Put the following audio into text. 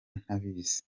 ntabizi